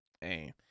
hey